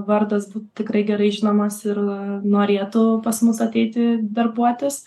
vardas būt tikrai gerai žinomas ir norėtų pas mus ateiti darbuotis